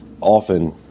often